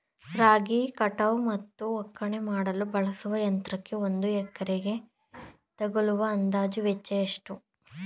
ರಾಗಿ ಕಟಾವು ಮತ್ತು ಒಕ್ಕಣೆ ಮಾಡಲು ಬಳಸುವ ಯಂತ್ರಕ್ಕೆ ಒಂದು ಎಕರೆಗೆ ತಗಲುವ ಅಂದಾಜು ವೆಚ್ಚ ಎಷ್ಟು?